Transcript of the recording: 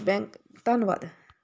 bank ਧੰਨਵਾਦ